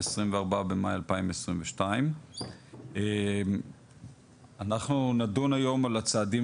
24 במאי 2022. אנחנו נדון היום על הצעדים